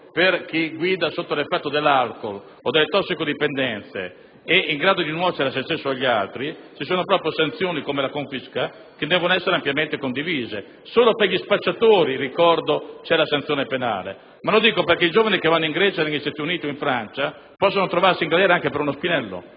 per chi guida sotto l'effetto dell'alcool o di sostanze stupefacenti, e quindi in grado di nuocere a se stesso ed agli altri, sono previste sanzioni, quali la confisca, che penso possano essere ampiamente condivise. Solo per gli spacciatori, ricordo, c'è la sanzione penale: ma lo dico perché i giovani che vanno in Grecia, negli Stati Uniti o in Francia possono trovarsi in galera anche per uno spinello.